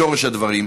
בשורש הדברים,